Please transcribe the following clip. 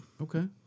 Okay